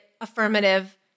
affirmative